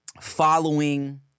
following